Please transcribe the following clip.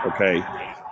okay